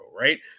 right